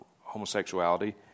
homosexuality